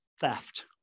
theft